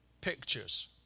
pictures